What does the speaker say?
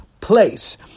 place